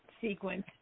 sequence